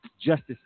justice